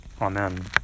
Amen